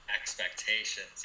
expectations